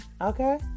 okay